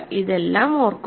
ഇതെല്ലാം ഓർക്കുക